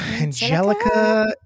Angelica